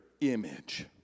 image